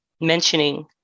mentioning